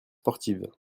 sportives